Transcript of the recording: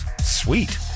Sweet